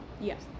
Yes